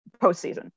postseason